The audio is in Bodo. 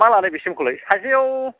मा लानो बेसिमखौलाय सासेयाव